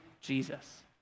Jesus